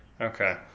Okay